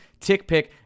TickPick